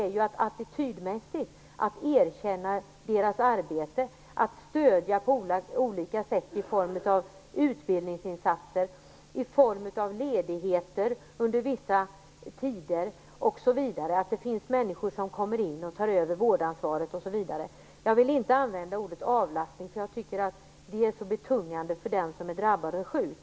Man måste attitydmässigt erkänna de anhörigas arbete och stödja dem på olika sätt i form av utbildningsinsatser, ledigheter under vissa tider osv. Det måste finnas människor som kommer in och tar över vårdansvaret. Jag vill inte använda ordet avlastning, för jag tycker att det är så betungande för den som är drabbad och sjuk.